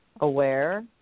aware